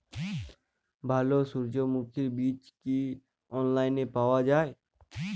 ভালো সূর্যমুখির বীজ কি অনলাইনে পাওয়া যায়?